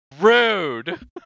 rude